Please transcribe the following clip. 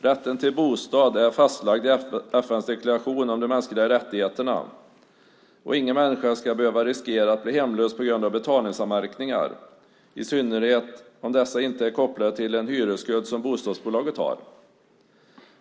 Rätten till bostad är fastlagd i FN:s deklaration om de mänskliga rättigheterna och ingen människa ska behöva riskera att bli hemlös på grund av betalningsanmärkningar, i synnerhet om dessa inte är kopplade till en hyresskuld som bostadsbolaget har.